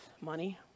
money